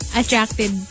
attracted